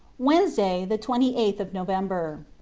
wednesday, the twenty eighth of november.